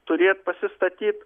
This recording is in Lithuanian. turėt pasistatyt